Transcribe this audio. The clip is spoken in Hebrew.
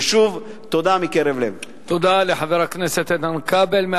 ושוב, תודה מקרב לב.